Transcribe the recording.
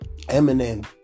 Eminem